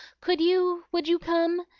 could you? would you come?